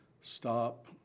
stop